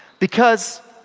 because,